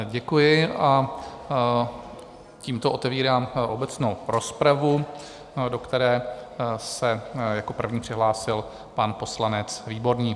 Děkuji a tímto otevírám obecnou rozpravu, do které se jako první přihlásil pan poslanec Výborný.